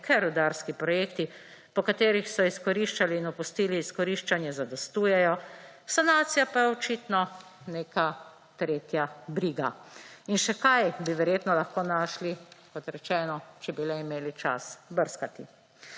ker rudarski projekti, po katerih so izkoriščali in opustili izkoriščanje, zadostujejo, sanacija pa je očitno neka tretja briga. In še kaj bi verjetno lahko našli, kot rečeno, če bi le imeli čas brskati.